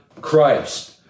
Christ